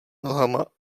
nohama